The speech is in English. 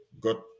got